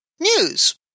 News